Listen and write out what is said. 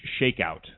shakeout